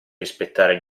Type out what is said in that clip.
rispettare